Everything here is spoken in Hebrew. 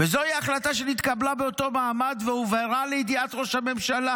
"וזוהי ההחלטה שנתקבלה באותו מעמד והועברה לידיעת ראש הממשלה